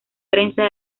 prensa